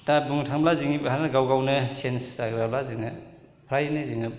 दा बुंनो थाङोब्ला जों गाव गावनो सेन्ज जायाब्ला जोङो फ्रायनो जोङो